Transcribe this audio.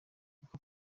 uko